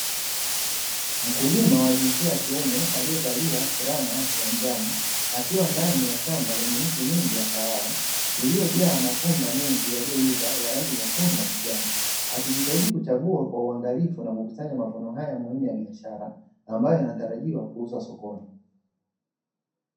Mkulima wa jinsia ya kiume aliyevalia fulana ya njano, akiwa ndani ya shamba lenye miti mingi ya kahawa, iliyojaa matunda mengi yaliyoiva ya rangi nyekundu na kijani, akijitahidi kuchagua kwa uangalifu na kukusanya mavuno haya muhimu ya kibiashara ambayo inatarajiwa kuuza sokoni.